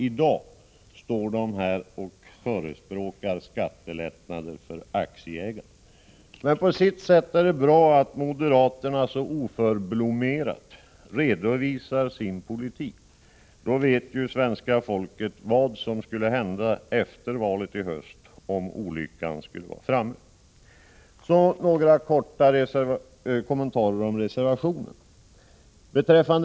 I dag står de här och förespråkar skattelättnader för aktieägare. Men på sitt sätt är det bra att moderaterna så oförblommerat redovisar sin politik. Då vet ju svenska folket vad som skulle hända efter valet i höst, om olyckan skulle vara framme. Så några korta kommentarer beträffande reservationerna.